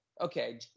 okay